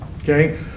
Okay